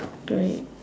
grey